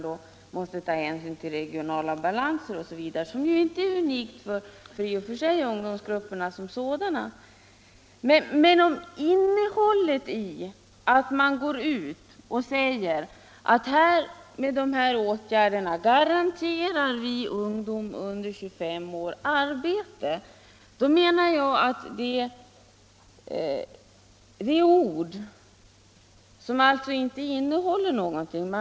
Det är i och för sig inga unika krav då det gäller ungdomsgrupperna. Men om man säger att man med vissa åtgärder anser sig kunna garantera ungdom under 25 år arbete, menar jag att det är ord som inte innehåller något.